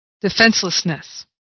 defenselessness